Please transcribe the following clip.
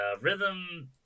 rhythm